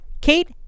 Kate